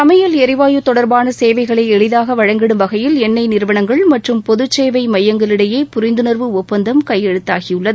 சமையல் எரிவாயு தொடர்பான சேவைகளை எளிதாக வழங்கிடும் வகையில் எண்ணெய் நிறுவனங்கள் மற்றும் பொதுச்சேவை மையயங்களிடையே புரிந்துணர்வு ஒப்பந்தம் கையெழுத்தாகியுள்ளது